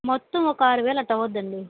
మొత్తం ఒక ఆరు వేలు అట్లా అవుతుందండి